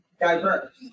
diverse